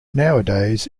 nowadays